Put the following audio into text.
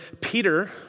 Peter